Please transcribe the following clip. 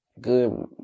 Good